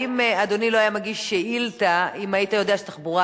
האם אדוני לא היה מגיש שאילתא אם היית יודע שהתחבורה